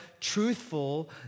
truthful